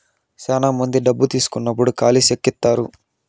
శ్యానా మంది డబ్బు తీసుకున్నప్పుడు ఖాళీ చెక్ ఇత్తారు